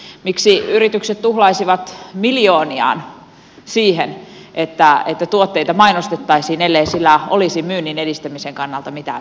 miksi yritykset tuhlaisivat miljooniaan siihen että tuotteita mainostettaisiin ellei sillä olisi myynnin edistämisen kannalta mitään merkitystä